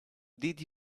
did